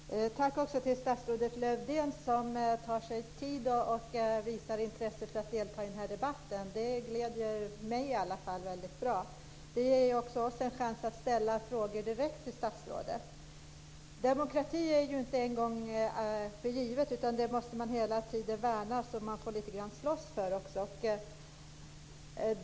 Fru talman! Jag vill rikta ett tack till statsrådet Lövdén som tar sig tid och visar intresse för att delta i denna debatt. Det gläder i alla fall mig väldigt mycket. Det ger oss också en chans att ställa frågor direkt till statsrådet. Demokrati är inte en gång givet, utan den måste hela tiden värnas. Man får lite grann slåss för den också.